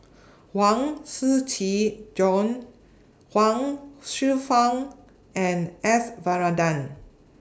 Huang Shiqi Joan Huang Hsueh Fang and S Varathan